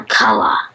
color